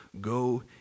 Go